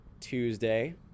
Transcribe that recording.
Tuesday